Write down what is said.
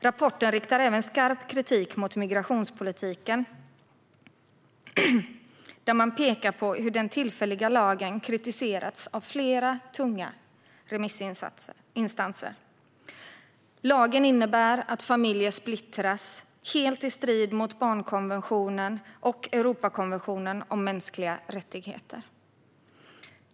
Rapporten riktar även skarp kritik mot migrationspolitiken, där man pekar på hur den tillfälliga lagen kritiserats av flera tunga remissinstanser. Lagen innebär att familjer splittras, helt i strid med barnkonventionen och Europakonventionen om mänskliga rättigheter.